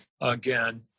again